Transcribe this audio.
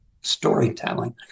storytelling